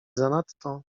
zanadto